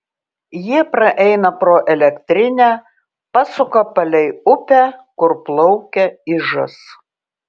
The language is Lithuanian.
jie praeina pro elektrinę pasuka palei upę kur plaukia ižas